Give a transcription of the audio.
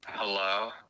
Hello